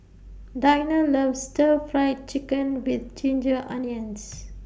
Dinah loves Stir Fry Chicken with Ginger Onions